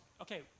Okay